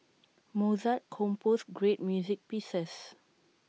Mozart composed great music pieces